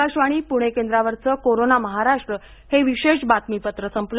आकाशवाणी पृणे केंद्रावरच कोरोना महाराष्ट्र हे विशेष बातमीपत्र संपल